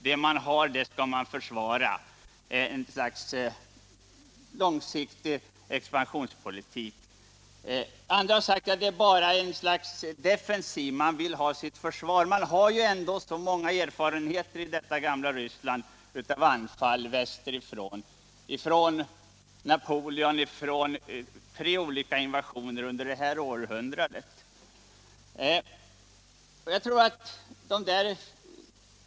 Det man har det skall man utvidga och försvara — ett slags långsiktig expansionspolitik. Andra har sagt att det är fråga om ett slags defensiv. Man vill värna sitt land. Detta gamla Ryssland har ju så många erfarenheter av anfall västerifrån, från Napoleons tåg mot Moskva och från tre olika invasioner under det här århundradet.